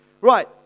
Right